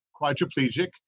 quadriplegic